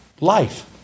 life